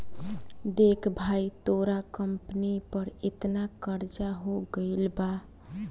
देख भाई तोरा कंपनी पर एतना कर्जा हो गइल बा